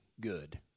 good